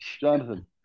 Jonathan